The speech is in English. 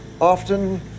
often